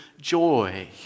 joy